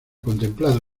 contemplado